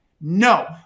No